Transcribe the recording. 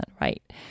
right